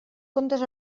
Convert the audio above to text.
comptes